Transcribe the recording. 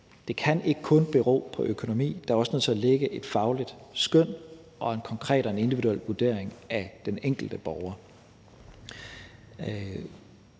det ikke kun kan bero på økonomi, men at der også er nødt til at ligge et fagligt skøn og en konkret og en individuel vurdering af den enkelte borger.